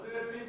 צריך